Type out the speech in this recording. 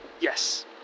Yes